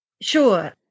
Sure